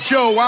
Joe